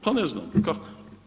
Pa ne znam, kako?